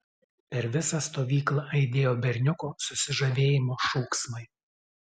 per visą stovyklą aidėjo berniuko susižavėjimo šūksmai